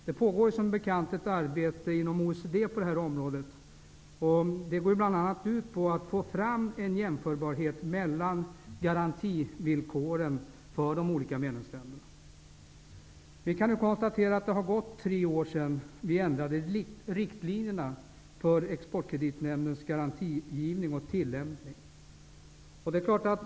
Det pågår som bekant ett arbete inom OECD på det här området som bl.a. går ut på att få fram en jämförbarhet mellan garantivillkoren i de olika medlemsländerna. Det har nu gått tre år sedan vi ändrade riktlinjerna för Exportkreditnämndens garantigivning och tillämpningen av dessa.